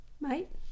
mate